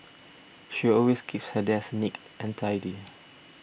she always keeps her desk neat and tidy